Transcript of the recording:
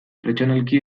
pertsonalki